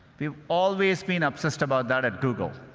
we've always been obsessed about that at google.